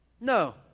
No